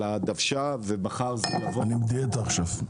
הדוושה ומחר זה ייבוא- - אני בדיאטה עכשיו.